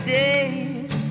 days